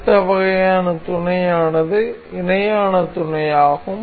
அடுத்த வகையான துணையானது இணையான துணையாகும்